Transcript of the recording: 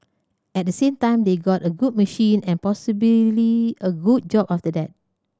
at the same time they got a good machine and possibly a good job after that